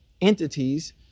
entities